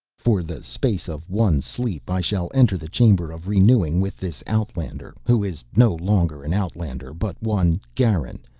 for the space of one sleep i shall enter the chamber of renewing with this outlander, who is no longer an outlander but one, garin,